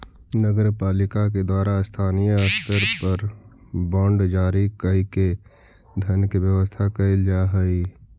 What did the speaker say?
नगर पालिका के द्वारा स्थानीय स्तर पर बांड जारी कईके धन के व्यवस्था कैल जा हई